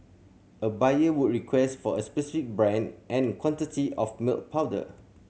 a buyer would request for a specific brand and quantity of milk powder